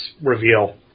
reveal